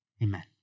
Amen